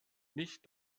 nicht